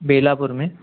बेलापुर में